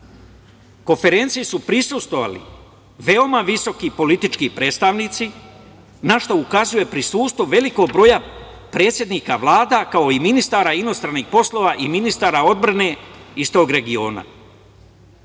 Konferenciji su prisustvovali veoma visoki politički predstavnici, na šta ukazuje prisustvo velikog broja predsednika Vlada, kao i ministara inostranih poslova i ministara odbrane iz tog regiona.